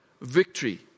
victory